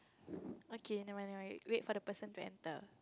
okay never mind never mind wait for the person to enter